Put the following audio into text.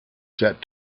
set